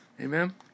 Amen